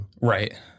Right